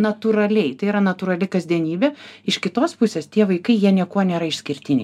natūraliai tai yra natūrali kasdienybė iš kitos pusės tie vaikai jie niekuo nėra išskirtiniai